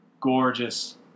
gorgeous